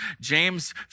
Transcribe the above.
James